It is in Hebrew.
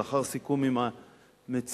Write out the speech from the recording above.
לאחר סיכום עם המציעה,